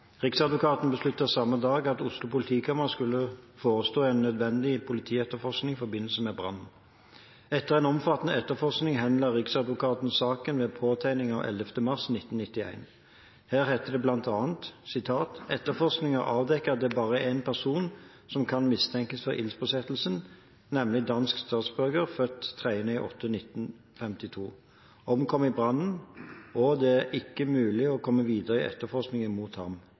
Riksadvokaten besluttet samme dag at Oslo politikammer skulle forestå en nødvendig politietterforskning i forbindelse med brannen. Etter en omfattende etterforskning henla riksadvokaten saken ved påtegning av 11. mars 1991. Der het det bl.a.: «Etterforskningen har avdekket at det er bare én person som kan mistenkes for ildspåsettelsen, nemlig dansk statsborger., f. 030852. . omkom i brannen, og det er ikke mulig å komme videre i etterforskningen mot